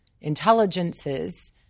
intelligences